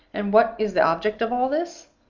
and what is the object of all this?